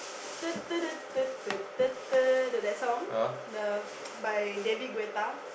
the that song the) by David-Guetta